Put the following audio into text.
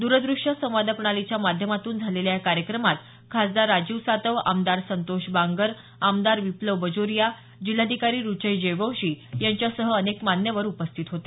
द्रद्रश्य संवाद प्रणालीच्या माध्यमातून झालेल्या या कार्यक्रमात खासदार राजीव सातव आमदार संतोष बांगर आमदार बिप्लव बाजोरिया जिल्हाधिकारी रुचेश जयवंशी यांच्यासह अनेक मान्यवर सहभागी झाले